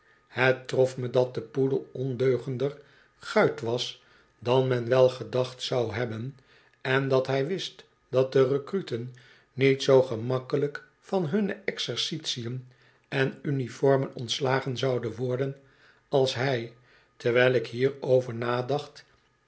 het trof me dat de poedel ondeugender guit was dan men wel gedacht zou hebben en dat hij wist dat de recruten niet zoo gemakkelijk van hunne exercitièn en uniformen ontslagen zouden worden als hij terwijl ik hierover nadacht